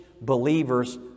believers